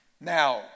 Now